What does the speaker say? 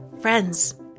Friends